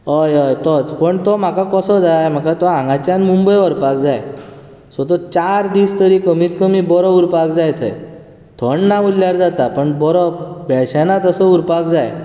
हय हय तोच पण तो म्हाका कसो जाय म्हाका तो हांगाच्यान मुंबय व्हरपाक जाय सो तो चार दीस तरी कमीत कमी बरो उरपाक जाय थंय थंड ना उरल्यार जाता पण बरो बेळशाना तसो उरपाक जाय